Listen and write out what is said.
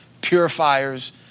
purifiers